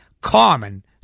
common